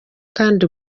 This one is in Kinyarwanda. kandi